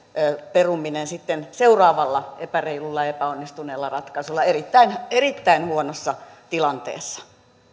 peruminen sitten seuraavalla epäreilulla ja epäonnistuneella ratkaisulla erittäin erittäin huonossa tilanteessa